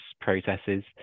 processes